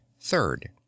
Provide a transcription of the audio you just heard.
Third